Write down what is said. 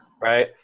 right